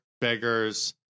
beggars